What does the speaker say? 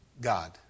God